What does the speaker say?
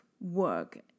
work